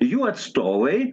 jų atstovai